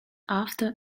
after